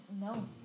No